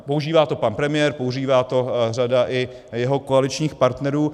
Používá to pan premiér, používá to řada i jeho koaličních partnerů.